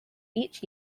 each